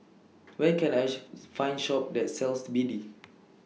Where Can I Find Shop that sells B D